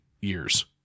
years